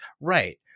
Right